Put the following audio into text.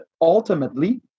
ultimately